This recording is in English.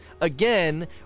again